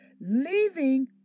leaving